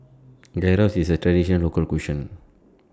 Gyros IS A Traditional Local Cuisine